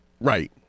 Right